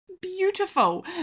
beautiful